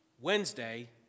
Wednesday